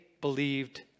believed